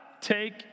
take